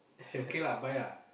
say okay lah buy lah